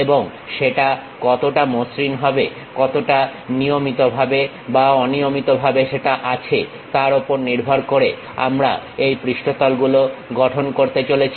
এবং সেটা কতটা মসৃণ হবে কতটা নিয়মিতভাবে অথবা অনিয়মিতভাবে সেটা আছে তার ওপর নির্ভর করে আমরা এই পৃষ্ঠতল গুলো গঠন করতে চলেছি